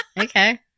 okay